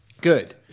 Good